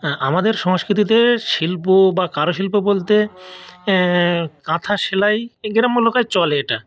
হ্যাঁ আমাদের সংস্কৃতিতে শিল্প বা কারুশিল্প বলতে কাঁথা সেলাই এই গ্রাম্য এলাকায় চলে এটা